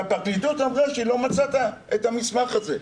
והפרקליטות אמרה שהיא לא מצאה את המסמך הזה,